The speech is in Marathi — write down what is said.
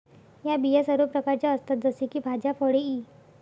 या बिया सर्व प्रकारच्या असतात जसे की भाज्या, फळे इ